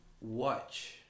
watch